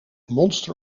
monster